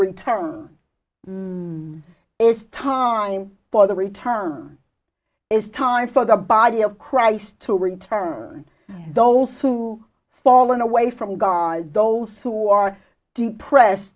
return this time for the return it is time for the body of christ to return those who fall in away from god those who are depress